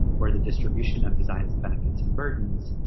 or the distribution of designs, benefits and burdens,